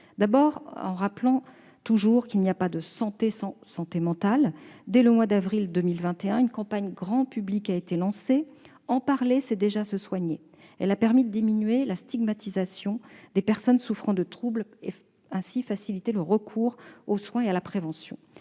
D'abord, en rappelant toujours qu'il n'y a pas de santé sans santé mentale. Dès le mois d'avril 2021, une campagne grand public a été lancée :« En parler, c'est déjà se soigner. » Elle a permis de diminuer la stigmatisation des personnes souffrant de troubles et faciliter le recours aux soins et à la prévention.